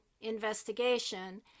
investigation